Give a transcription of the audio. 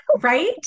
Right